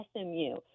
SMU